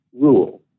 rule